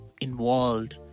involved